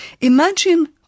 Imagine